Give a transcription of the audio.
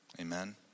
Amen